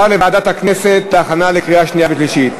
לוועדת הכנסת להכנה לקריאה שנייה ושלישית.